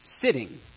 sitting